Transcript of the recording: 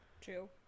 True